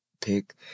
pick